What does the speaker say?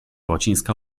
łacińska